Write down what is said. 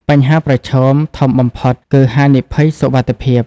បញ្ហាប្រឈមធំបំផុតគឺហានិភ័យសុវត្ថិភាព។